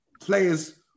players